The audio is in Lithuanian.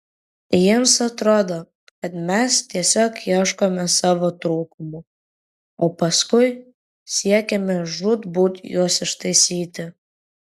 jiems atrodo kad mes tiesiog ieškome savo trūkumų o paskui siekiame žūtbūt juos ištaisyti